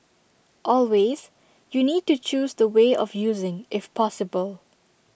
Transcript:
always you need to choose the way of using if possible